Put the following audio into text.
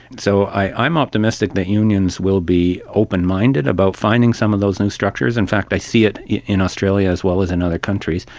so i'm optimistic that unions will be open-minded about finding some of those and structures. in fact i see it in australia, as well as in other countries,